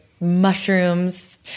mushrooms